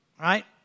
right